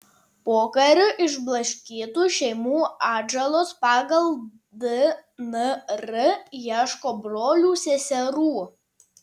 pokariu išblaškytų šeimų atžalos pagal dnr ieško brolių seserų